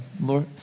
Lord